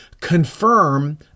confirm